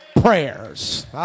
prayers